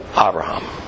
Abraham